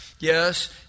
Yes